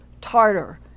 tartar